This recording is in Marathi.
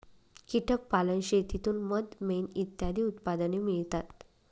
कीटक पालन शेतीतून मध, मेण इत्यादी उत्पादने मिळतात